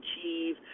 achieve